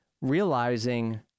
realizing